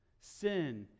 sin